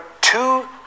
two